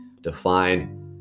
define